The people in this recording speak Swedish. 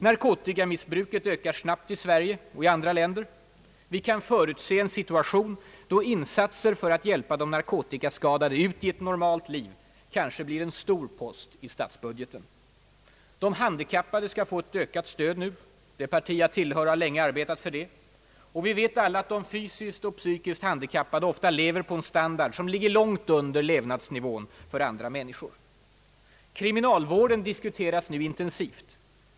Narkotikamissbruket ökar snabbt i Sverige och i andra länder — vi kan förutse en situation då insatser för att hjälpa de narkotikaskadade ut i ett normalt liv kanske blir en stor post i statsbudgeten. De handikappade skall nu få ett ökat stöd — det parti jag tillhör har länge arbetat för det — och vi vet alla att de fysiskt och psykiskt handikappade ofta lever på en standard som ligger långt under levnadsnivån för andra människor. Kriminalvården diskuteras nu intensivt.